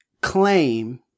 claim